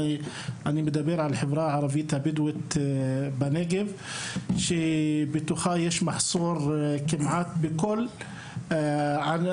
ואני מדבר על החברה הערבית הבדואית בנגב שבתוכה יש מחסור כמעט בכל הענפים